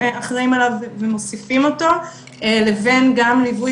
-- אחראים עליו ומוסיפים אותו ובין גם ליווי